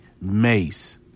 Mace